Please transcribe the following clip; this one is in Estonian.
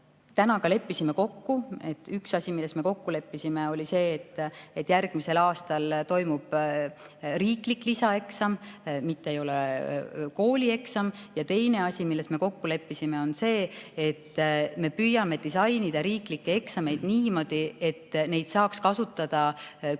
Täna me ka leppisime kokku, üks asi, milles me kokku leppisime, oli see, et järgmisel aastal toimub riiklik lisaeksam, see ei ole koolieksam, ja teine asi, milles me kokku leppisime, oli see, et me püüame disainida riiklikke eksameid niimoodi, et neid saaks kasutada